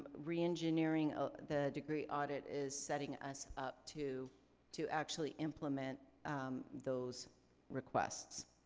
re-engineering the degree audit is setting us up to to actually implement those requests